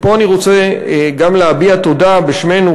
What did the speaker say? ופה אני רוצה גם להביע תודה בשמנו,